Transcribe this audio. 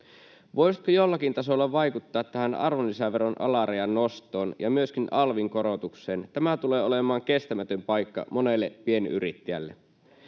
”Voisitko jollakin tasolla vaikuttaa tähän arvonlisäveron alarajan nostoon ja myöskin alvin korotukseen? Tämä tulee olemaan kestämätön paikka monelle pienyrittäjälle.